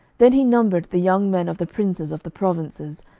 then he numbered the young men of the princes of the provinces,